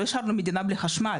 לא השארנו את המדינה בלי חשמל,